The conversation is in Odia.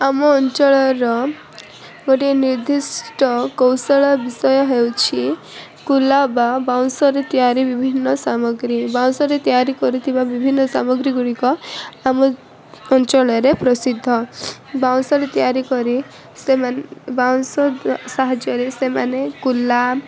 ଆମ ଅଞ୍ଚଳର ଗୋଟିଏ ନିଦ୍ଧିଷ୍ଟ କୌଶଳ ବିଷୟ ହେଉଛି କୁଲା ବା ବାଉଁଶରେ ତିଆରି ବିଭିନ୍ନ ସାମଗ୍ରୀ ବାଉଁଶରେ ତିଆରି କରିଥିବା ବିଭିନ୍ନ ସାମଗ୍ରୀ ଗୁଡ଼ିକ ଆମ ଅଞ୍ଚଳରେ ପ୍ରସିଦ୍ଧ ବାଉଁଶରେ ତିଆରି କରି ବାଉଁଶ ସାହାଯ୍ୟରେ ସେମାନେ କୁଲା